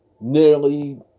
nearly